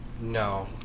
No